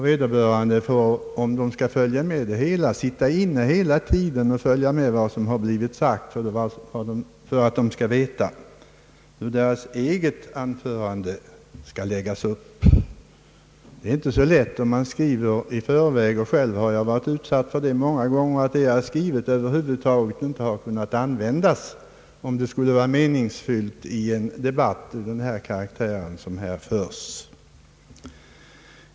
Vederbörande talare får, om de skall följa hela debatten, sitta inne i kammaren hela tiden och lyssna till vad som sägs för att veta hur deras egna anföranden skall läggas upp. Det är inte så lätt att skriva ett anförande i förväg. Jag har själv många gånger varit utsatt för att det jag har skrivit över huvud taget inte har kunnat användas om det skulle vara meningsfyllt i en debatt av sådan karaktär som den som nu förs.